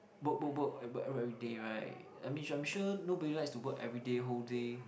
work work work work everyday right I mean I'm sure nobody likes to work everyday whole day